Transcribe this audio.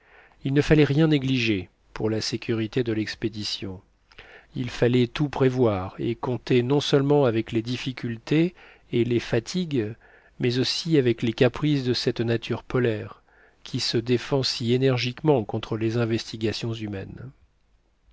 il ne fallait rien négliger pour la sécurité de l'expédition il fallait tout prévoir et compter non seulement avec les difficultés et les fatigues mais aussi avec les caprices de cette nature polaire qui se défend si énergiquement contre les investigations humaines